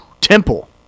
Temple